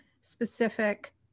specific